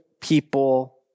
people